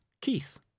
Keith